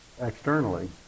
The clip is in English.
externally